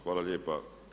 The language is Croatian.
Hvala lijepa.